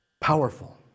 powerful